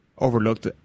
overlooked